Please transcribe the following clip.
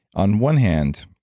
on one hand,